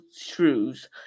shrews